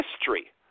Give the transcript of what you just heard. history